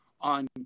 on